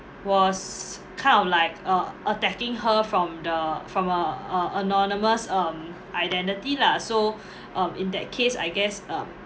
was kind of like uh attacking her from the from a a anonymous um identity lah so um in that case I guess um